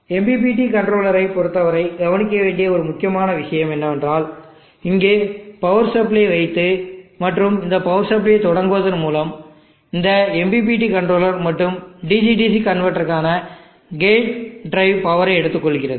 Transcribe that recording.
MPPT கண்ட்ரோலரை பொறுத்தவரை கவனிக்க வேண்டிய ஒரு முக்கியமான விஷயம் என்னவென்றால் இங்கு பவர் சப்ளையை வைத்து மற்றும் இந்த பவர் சப்ளையை தொடங்குவதன் மூலம் இந்த MPPT கண்ட்ரோலர் மற்றும் DC DCகன்வெர்ட்டருக்கான கேட் டிரைவ் பவரை எடுத்துக்கொள்கிறது